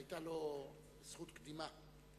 היתה לו זכות קדימה,